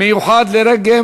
מיוחד לרגל